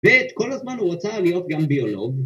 וכל הזמן הוא רוצה להיות גם ביולוג